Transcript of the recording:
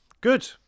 good